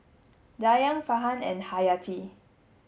Dayang Farhan and Hayati